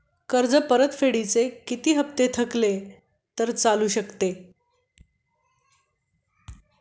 कर्ज परतफेडीचे किती हप्ते थकले तर चालू शकतात?